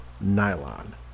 nylon